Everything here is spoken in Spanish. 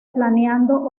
planeando